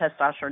testosterone